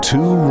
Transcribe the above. Two